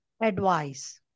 advice